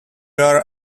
are